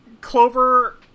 Clover